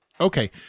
Okay